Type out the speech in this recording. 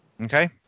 Okay